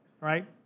right